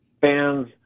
Fans